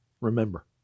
Remember